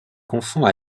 confond